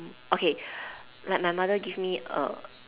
okay like my mother give me a